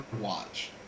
watch